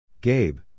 Gabe